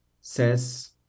says